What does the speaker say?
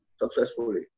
successfully